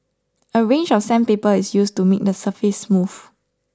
a range of sandpaper is used to make the surface smooth